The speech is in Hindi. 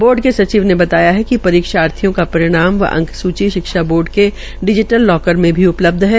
बोर्ड के सचिव ने बताया कि परीक्षाथिर्यो का परिणाम व अंक सूची शिक्षा बोर्ड के डिजीटल लॉकर में उपलब्ध है